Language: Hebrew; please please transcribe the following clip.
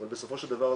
אבל בסופו של דבר,